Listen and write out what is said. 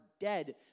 dead